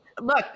Look